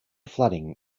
flooding